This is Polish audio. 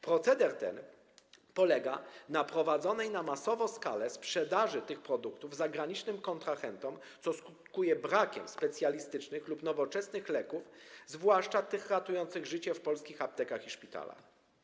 Proceder ten polega na prowadzonej na masową skalę sprzedaży tych produktów zagranicznym kontrahentom, co skutkuje brakiem specjalistycznych lub nowoczesnych leków, zwłaszcza tych ratujących życie, w polskich aptekach i szpitalach.